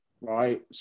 right